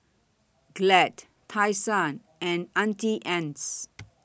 Glad Tai Sun and Auntie Anne's